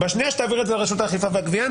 בשנייה שתעביר את זה לרשות האכיפה והגבייה,